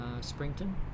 Springton